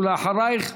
ואחריך,